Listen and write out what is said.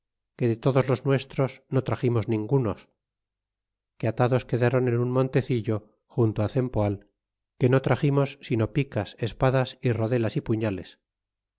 que de todos los nuestros no traximos ningunos que atados quedron en un montecillo junto cempoal que no traximos sino picas espadas y rodelas y puñales